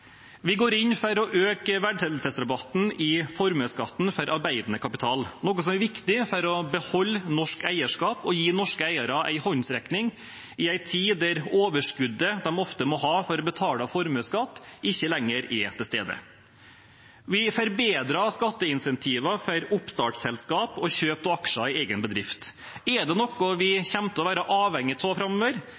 Vi går inn for å øke verdsettelsesrabatten i formuesskatten for arbeidende kapital, noe som er viktig for å beholde norsk eierskap og gi norske eiere en håndsrekning i en tid da overskuddet de ofte må ha for å betale formuesskatt, ikke lenger er til stede. Vi forbedrer skatteinsentivene for oppstartsselskap og kjøp av aksjer i egen bedrift. Er det noe vi kommer til å være avhengige av framover,